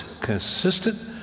consistent